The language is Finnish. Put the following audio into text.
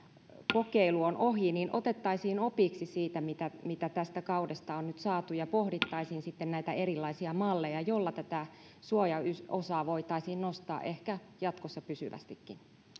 kokeilu on ohi niin otettaisiin opiksi siitä mitä mitä tästä kaudesta on nyt saatu ja pohdittaisiin näitä erilaisia malleja joilla tätä suojaosaa voitaisiin nostaa jatkossa ehkä pysyvästikin